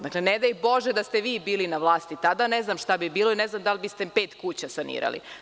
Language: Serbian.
Dakle, ne daj bože da ste vi bili na vlasti tada, ne znam šta bi bilo tada i ne znam da li biste pet kuća sanirali.